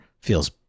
feels